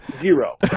Zero